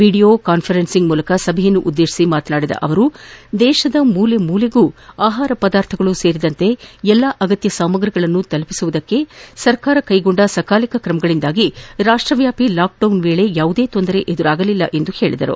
video conferencing ಮೂಲಕ ಸಭೆಯೊಂದನ್ನು ಉದ್ಲೇಶಿಸಿದ ಮಾತನಾದಿದ ಅವರು ದೇಶದ ಮೂಲೆ ಮೂಲೆಗು ಆಹಾರ ಪದಾರ್ಥಗಳೂ ಸೇರಿದಂತೆ ಎಲ್ಲಾ ಅಗತ್ಯ ಸಾಮಗ್ರಿಗಳನ್ನು ತಲುಪಿಸುವುದಕ್ಕೆ ಸರ್ಕಾರ ಕೈಗೊಂಡ ಸಕಾಲಿಕ ಕ್ರಮಗಳಿಂದಾಗಿ ರಾಷ್ಟವಾಪಿ ಲಾಕ್ಡೌನ್ ವೇಳಿ ಯಾವುದೇ ತೊಂದರೆ ಎದುರಾಗಲಿಲ್ಲ ಎಂದರು